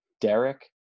Derek